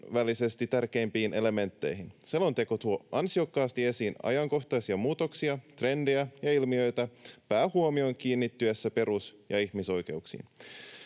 kansainvälisesti tärkeimpiin elementteihin. Selonteko tuo ansiokkaasti esiin ajankohtaisia muutoksia, trendejä ja ilmiöitä päähuomion kiinnittyessä perus- ja ihmisoikeuksiin.